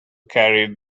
carried